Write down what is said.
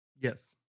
Yes